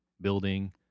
building